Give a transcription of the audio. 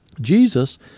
Jesus